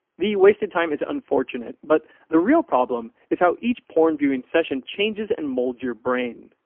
the wasted time is unfortunate, but the real problem is how each porn viewing session changes and molds your brain.